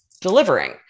delivering